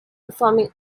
performing